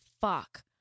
fuck